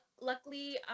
luckily